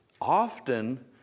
Often